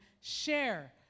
share